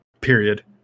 Period